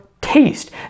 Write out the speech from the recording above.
taste